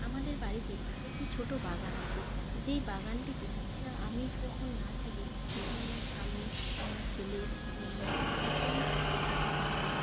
আমাদের বাড়িতে একটি ছোটো বাগান আছে যে বাগানটিতে আমি যখন না থাকি তখন আমার স্বামী আমার ছেলে মেয়ে সকলেই দেখাশোনা করে